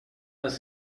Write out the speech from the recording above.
was